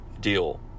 deal